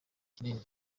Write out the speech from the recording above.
kinini